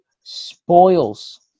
spoils